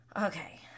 Okay